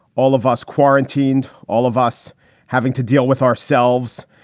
all of us quarantined, all of us having to deal with ourselves.